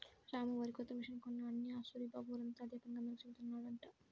రాము వరికోత మిషన్ కొన్నాడని ఆ సూరిబాబు ఊరంతా అదే పనిగా అందరికీ జెబుతున్నాడంట